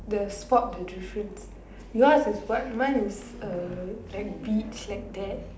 the spot the difference yours is what mine is a like beach like that